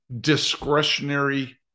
discretionary